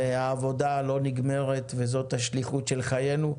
והעבודה לא נגמרת, וזאת השליחות של חיינו.